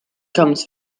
comes